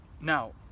Now